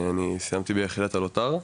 אני סיימתי ביחידת הלוט"ר,